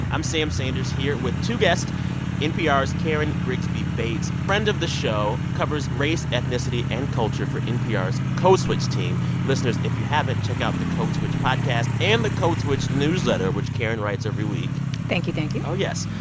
i'm sam sanders here with two guests npr's karen grigsby bates, friend of the show covers race, ethnicity and culture for npr's code switch team. listeners, if you haven't, check out the code switch podcast and the code switch newsletter, which karen writes every week thank you. thank you oh, yes.